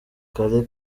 kale